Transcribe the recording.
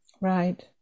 Right